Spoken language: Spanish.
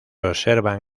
observan